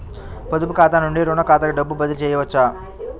పొదుపు ఖాతా నుండీ, రుణ ఖాతాకి డబ్బు బదిలీ చేయవచ్చా?